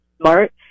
smart